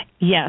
Yes